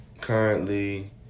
currently